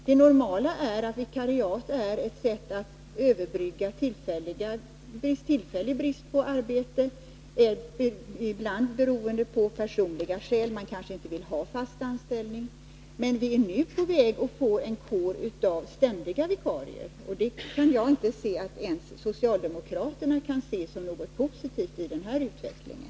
Det normala är att vikariatsanställningar är till för att överbrygga de svårigheter som uppstår på grund av tillfällig brist på arbetskraft. Den som tar ett vikariat gör det kanske av personliga skäl; han eller hon kanske inte vill ha en fast anställning. Men vi är nu på väg att få en kår av ständiga vikarier, och jag kan inte tro att ens socialdemokraterna kan se något positivt i den utvecklingen.